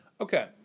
okay